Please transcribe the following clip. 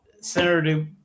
Senator